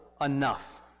enough